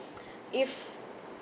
if